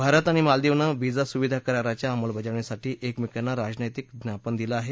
भारत आणि मालदिवनं व्हिसा सुविधा कराराच्या अंमलबजावणीसाठी एकमेकांना राजनैतिक ज्ञापन दिले आहे